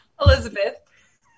Elizabeth